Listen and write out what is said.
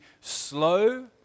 slow